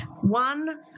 one